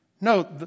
No